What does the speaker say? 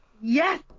yes